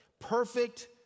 perfect